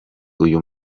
uyu